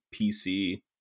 PC